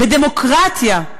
בדמוקרטיה.